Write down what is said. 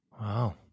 Wow